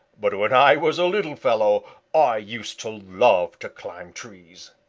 but when i was a little fellow i used to love to climb trees.